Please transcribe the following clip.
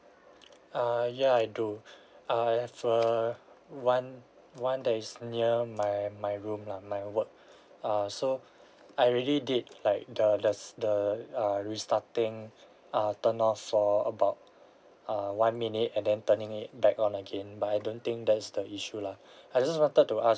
err ya I do uh I have a one one that is near my my room lah my work uh so I really did like the the the uh restarting uh turn off for about uh one minute and then turning it back on again but I don't think that is the issue lah I just wanted to ask